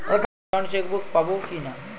Account chequebook পাবো কি না?